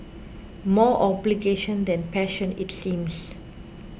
more obligation than passion it seems